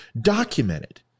Documented